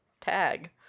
tag